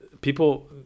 people